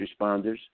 responders